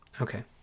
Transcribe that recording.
okay